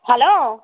hello